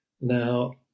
Now